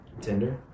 Tinder